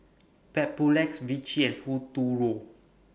Papulex Vichy and Futuro